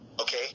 okay